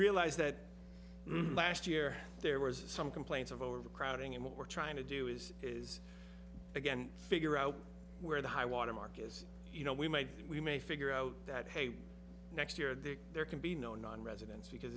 realised that last year there were some complaints of overcrowding and what we're trying to do is is again figure out where the high water mark is you know we might we may figure out that hey next year that there can be no nonresidents because